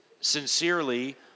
sincerely